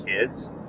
kids